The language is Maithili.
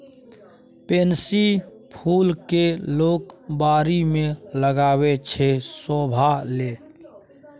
पेनसी फुल केँ लोक बारी मे लगाबै छै शोभा लेल